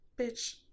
Bitch